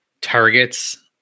targets